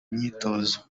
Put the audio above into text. myitozo